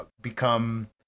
become